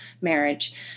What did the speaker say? marriage